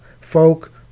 folk